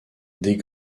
des